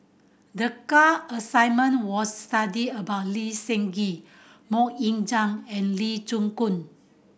the assignment was to study about Lee Seng Gee Mok Ying Zang and Lee Koon